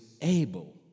able